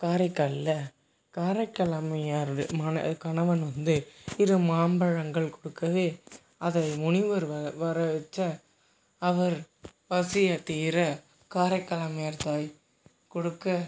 காரைக்கால்ல காரைக்கால் அம்மையார் மான கணவன் வந்து இரு மாம்பழங்கள் கொடுக்கவே அத முனிவர் வர வர வச்ச அவர் பசிய தீர காரைக்கால் அம்மையார் தாய் கொடுக்க